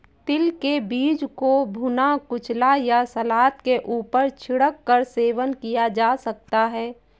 तिल के बीज को भुना, कुचला या सलाद के ऊपर छिड़क कर सेवन किया जा सकता है